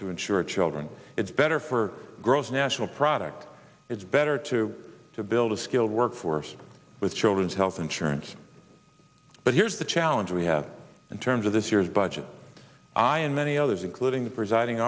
to ensure children it's better for gross national product it's better to to build a skilled workforce with children's health insurance but here's the challenge we have in terms of this year's budget i and many others including the presiding